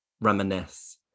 reminisce